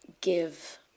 give